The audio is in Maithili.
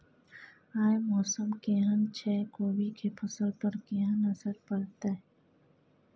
आय मौसम केहन छै कोबी के फसल पर केहन असर परतै?